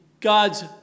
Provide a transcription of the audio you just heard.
God's